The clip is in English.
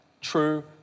true